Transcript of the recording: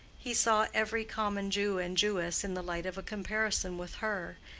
he saw every common jew and jewess in the light of a comparison with her,